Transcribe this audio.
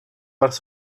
parts